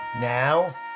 Now